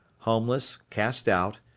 homeless, cast out,